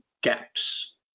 gaps